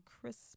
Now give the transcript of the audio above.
crisp